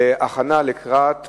התרבות והספורט נתקבלה.